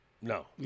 No